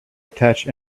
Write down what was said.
attach